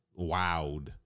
wowed